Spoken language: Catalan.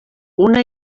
una